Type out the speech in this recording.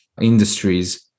industries